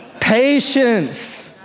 Patience